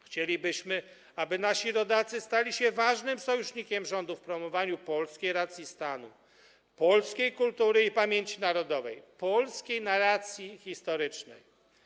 Chcielibyśmy, aby nasi rodacy stali się ważnym sojusznikiem rządu w promowaniu polskiej racji stanu, polskiej kultury i pamięci narodowej, polskiej narracji historycznej.